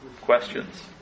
questions